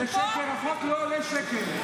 זה שקר, כי החוק לא עולה שקל.